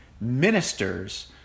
ministers